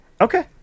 Okay